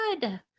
Good